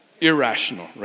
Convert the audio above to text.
irrational